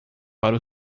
para